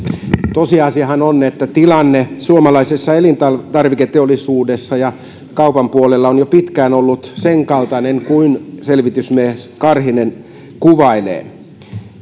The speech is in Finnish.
tosiasiahan on että tilanne suomalaisessa elintarviketeollisuudessa ja kaupan puolella on jo pitkään ollut sen kaltainen kuin selvitysmies karhinen kuvailee